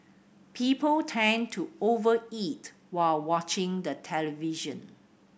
people tend to over eat while watching the television